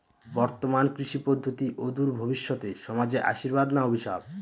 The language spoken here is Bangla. বর্তমান কৃষি পদ্ধতি অদূর ভবিষ্যতে সমাজে আশীর্বাদ না অভিশাপ?